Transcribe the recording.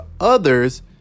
others